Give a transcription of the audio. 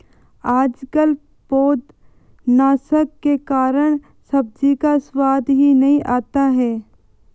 आजकल पौधनाशक के कारण सब्जी का स्वाद ही नहीं आता है